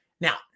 Now